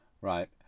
right